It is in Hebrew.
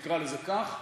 נקרא לזה כך,